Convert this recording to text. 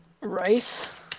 Rice